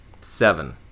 Seven